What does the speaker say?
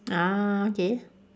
ah okay